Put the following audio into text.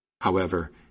However